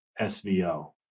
SVO